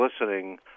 listening